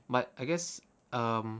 but I guess um